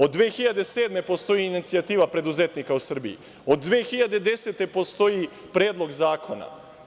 Od 2007. godine postoji inicijativa preduzetnika u Srbiji, od 2010. godine postoji Predlog zakona.